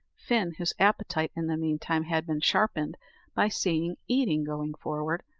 fin, whose appetite in the meantime had been sharpened by seeing eating going forward,